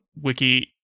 wiki